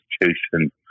institution